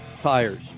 Tire's